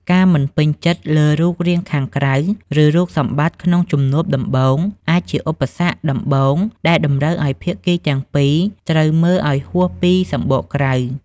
ការមិនពេញចិត្តលើរូបរាងខាងក្រៅ ឬរូបសម្បត្តិក្នុងជំនួបដំបូង អាចជាឧបសគ្គដំបូងដែលតម្រូវឱ្យភាគីទាំងពីរត្រូវមើលឱ្យហួសពីសំបកក្រៅ។